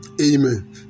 Amen